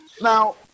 Now